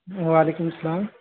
وعلیکم السلام